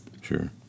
Sure